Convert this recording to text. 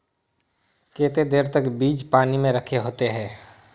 केते देर तक बीज पानी में रखे होते हैं?